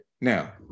Now